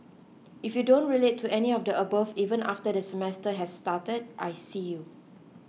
if you don't relate to any of the above even after the semester has started I see you